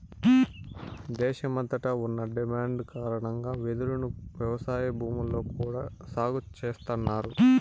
దేశమంతట ఉన్న డిమాండ్ కారణంగా వెదురును వ్యవసాయ భూముల్లో కూడా సాగు చేస్తన్నారు